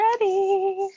ready